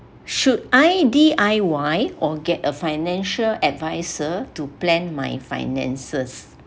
should I D_I_Y or get a financial adviser to plan my finances